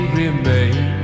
remain